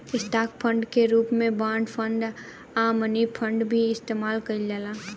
stock fund के रूप में बॉन्ड फंड आ मनी फंड के भी इस्तमाल कईल जाला